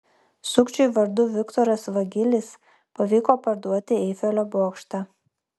sukčiui vardu viktoras vagilis pavyko parduoti eifelio bokštą